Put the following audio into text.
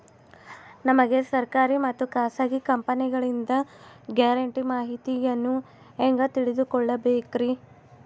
ನಮಗೆ ಸರ್ಕಾರಿ ಮತ್ತು ಖಾಸಗಿ ಕಂಪನಿಗಳಿಂದ ಗ್ಯಾರಂಟಿ ಮಾಹಿತಿಯನ್ನು ಹೆಂಗೆ ತಿಳಿದುಕೊಳ್ಳಬೇಕ್ರಿ?